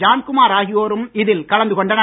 ஜான்குமார் ஆகியோரும் இதில் கலந்து கொண்டனர்